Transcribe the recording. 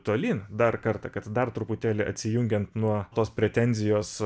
tolyn dar kartą kad dar truputėlį atsijungiant nuo tos pretenzijos